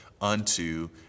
unto